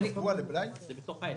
זה בתוך העסק.